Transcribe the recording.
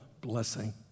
blessing